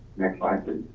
next slide, but